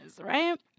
right